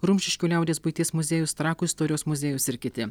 rumšiškių liaudies buities muziejus trakų istorijos muziejus ir kiti